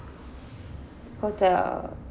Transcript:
hotel